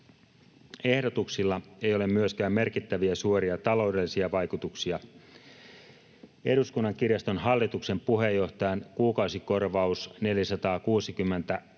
Ehdotuksilla ei ole myöskään merkittäviä suoria taloudellisia vaikutuksia. Eduskunnan kirjaston hallituksen puheenjohtajan kuukausikorvaus 463 euroa